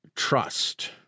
Trust